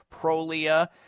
Prolia